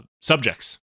subjects